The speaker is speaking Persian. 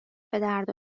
دردا